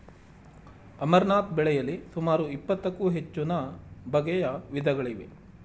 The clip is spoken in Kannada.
ಅಮರ್ನಾಥ್ ಬೆಳೆಯಲಿ ಸುಮಾರು ಇಪ್ಪತ್ತಕ್ಕೂ ಹೆಚ್ಚುನ ಬಗೆಯ ವಿಧಗಳಿವೆ